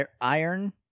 Iron